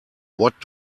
what